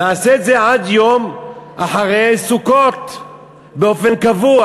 נעשה את זה עד יום אחרי סוכות באופן קבוע,